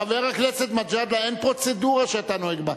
חבר הכנסת מג'אדלה, אין פרוצדורה שאתה נוהג בה.